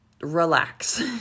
relax